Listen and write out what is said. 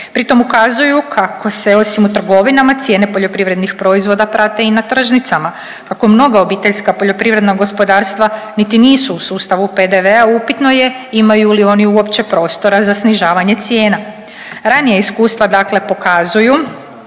Pritom ukazuju kako se osim u trgovinama cijene poljoprivrednih proizvoda prate i na tržnicama. Kako mnoga obiteljska poljoprivredna gospodarstva niti nisu u sustavu PDV-a upitno je imaju li oni uopće prostora za snižavanje cijena. Ranija iskustva dakle pokazuju